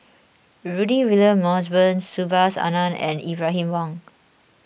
Rudy William Mosbergen Subhas Anandan and Ibrahim Awang